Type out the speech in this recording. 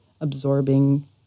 absorbing